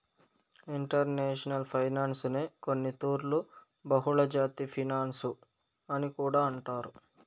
international ఫైనాన్సునే కొన్నితూర్లు బహుళజాతి ఫినన్సు అని కూడా అంటారు